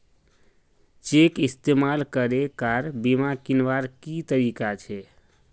Cheque इस्तेमाल करे car बीमा कीन्वार की तरीका छे?